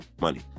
money